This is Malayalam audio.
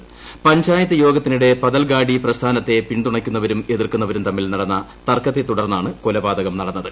പ്രിഞ്ചായത്ത് യോഗത്തിനിടെ പതൽഗാഡി പ്രസ്ഥാനത്തെ പിൻതുണ്ട്യ്ക്ക്കുന്നവരും എതിക്കുന്നവരും തമ്മിൽ നടന്ന തർക്കത്തുടർന്നാണ് കൊലപാതകം നടന്നത്